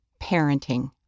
Parenting